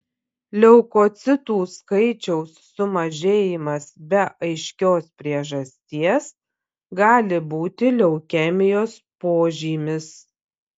leukocitų skaičiaus sumažėjimas be aiškios priežasties gali būti leukemijos požymis